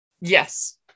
Yes